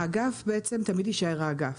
האגף תמיד יישאר האגף,